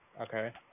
Okay